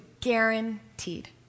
guaranteed